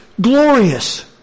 glorious